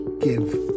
give